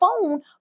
phone